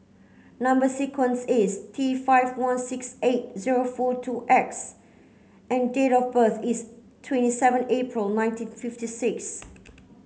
number sequence is T five one six eight zero four two X and date of birth is twenty seven April nineteen fifty six